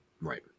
Right